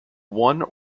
one